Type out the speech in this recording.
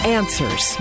answers